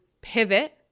pivot